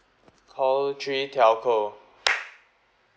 call three telco